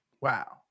Wow